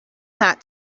that